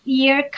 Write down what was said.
year